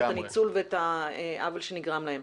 את הניצול ואת העוול שנגרם להן.